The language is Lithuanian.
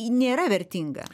ji nėra vertinga